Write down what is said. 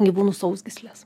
gyvūnų sausgyslės